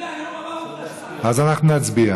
אפשר להצביע.